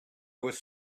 was